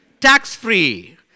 tax-free